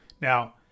Now